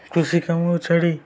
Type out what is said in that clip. କୃଷି କାମକୁ ଛାଡ଼ି